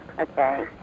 Okay